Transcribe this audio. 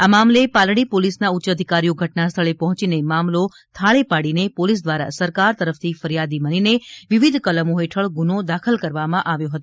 આ મામલે પાલડી પોલીસના ઉચ્ય અધિકારીઓ ઘટના સ્થળે પહોંચીને મામલો થાળે પાડીને પોલીસ દ્વારા સરકાર તરફથી ફરિયાદી બનીને વિવિધ કલમો હેઠળ ગુનો દાખલ કરવામાં આવ્યો હતો